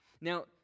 Now